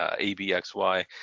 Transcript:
ABXY